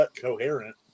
coherent